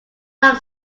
like